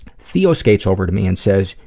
theo skates over to me and says,